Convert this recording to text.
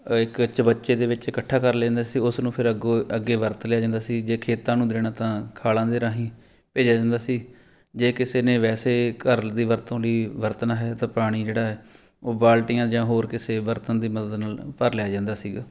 ਇੱਕ ਚਵੱਚੇ ਦੇ ਵਿੱਚ ਇਕੱਠਾ ਕਰ ਲੈਂਦੇ ਸੀ ਉਸ ਨੂੰ ਫਿਰ ਅੱਗੋਂ ਅੱਗੇ ਵਰਤ ਲਿਆ ਜਾਂਦਾ ਸੀ ਜੇ ਖੇਤਾਂ ਨੂੰ ਦੇਣਾ ਤਾਂ ਖਾਲ਼ਾਂ ਦੇ ਰਾਹੀਂ ਭੇਜਿਆ ਜਾਂਦਾ ਸੀ ਜੇ ਕਿਸੇ ਨੇ ਵੈਸੇ ਘਰ ਦੀ ਵਰਤੋਂ ਲਈ ਵਰਤਣਾ ਹੈ ਤਾਂ ਪਾਣੀ ਜਿਹੜਾ ਹੈ ਉਹ ਬਾਲਟੀਆਂ ਜਾਂ ਹੋਰ ਕਿਸੇ ਬਰਤਨ ਦੀ ਮਦਦ ਨਾਲ ਭਰ ਲਿਆ ਜਾਂਦਾ ਸੀਗਾ